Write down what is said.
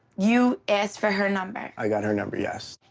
you asked for her number? i got her number, yes.